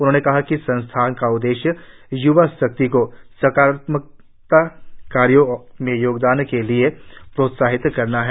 उन्होंने कहा कि संस्थान का उद्देश्य य्वा शक्ति को सकारात्मक कार्यों में योगदान के लिए प्रोत्साहित करना है